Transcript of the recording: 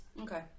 Okay